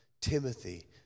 Timothy